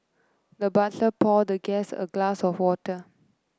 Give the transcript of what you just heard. the butler poured the guest a glass of water